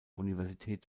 universität